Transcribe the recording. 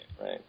right